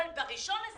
אבל ב-1 בספטמבר